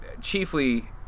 chiefly